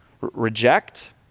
reject